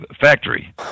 factory